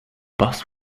bus